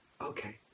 Okay